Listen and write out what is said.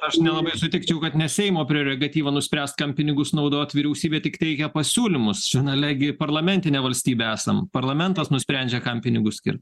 aš nelabai sutikčiau kad ne seimo prerogatyva nuspręst kam pinigus naudot vyriausybė tik teikia pasiūlymus finale gi parlamentinė valstybė esam parlamentas nusprendžia kam pinigus skirt